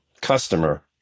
customer